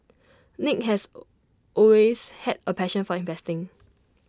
nick has always had A passion for investing